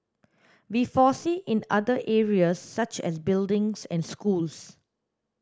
we foresee in other areas such as buildings and schools